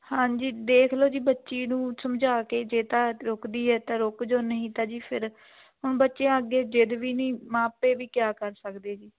ਹਾਂਜੀ ਦੇਖਲੋ ਜੀ ਬੱਚੀ ਨੂੰ ਸਮਝਾ ਕੇ ਜੇ ਤਾਂ ਰੁਕਦੀ ਹੈ ਤਾਂ ਰੁਕ ਜਾਓ ਨਹੀਂ ਤਾਂ ਜੀ ਫਿਰ ਬੱਚਿਆਂ ਅੱਗੇ ਜਿੱਦ ਵੀ ਨਹੀਂ ਮਾਪੇ ਵੀ ਕਿਆ ਕਰ ਸਕਦੇ ਹੈ ਜੀ